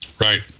Right